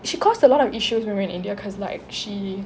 she caused a lot of issues when we were in india cause like she